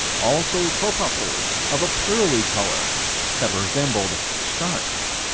also corpuscles of a pearly color that resembled starch.